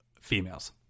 females